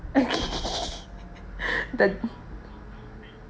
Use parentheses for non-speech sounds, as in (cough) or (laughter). okay (laughs) the